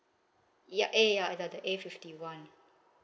ya A ya the the A fifty one